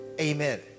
Amen